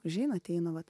užeina ateina vat